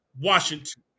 Washington